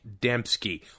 Dembski